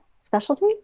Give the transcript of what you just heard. specialty